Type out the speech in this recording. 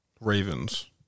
Ravens